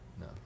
no